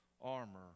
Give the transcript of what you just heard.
armor